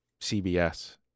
CBS